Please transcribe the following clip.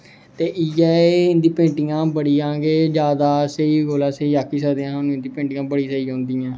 ते इ'यै इं'दी पेंटिंगां बड़ियां गै जादा स्हेई कोला दा स्हेई आखी सकदे आं इं'दियां पेंटिंगा बड़ियां स्हेई होंदियां न